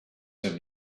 him